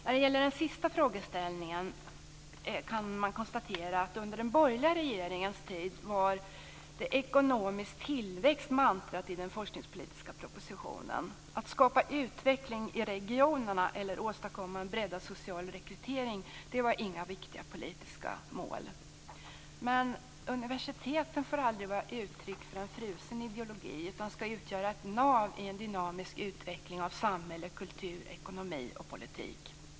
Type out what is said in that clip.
När det gäller den sista frågeställningen kan man konstatera att under den borgerliga regeringens tid var ekonomisk tillväxt mantrat i den forskningspolitiska propositionen. Att skapa utveckling i regionerna eller att åstadkomma en breddad social rekrytering var inga viktiga politiska mål. Men universiteten får aldrig vara uttryck för en frusen ideologi utan ska utgöra ett nav i en dynamisk utveckling av samhälle, kultur, ekonomi och politik.